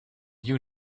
you